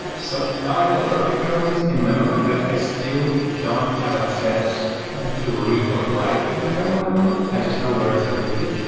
yeah so now i know where the kernel is in memory, but i still don't have a test to read or write to a kernel memory. i just know where it's located.